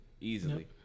easily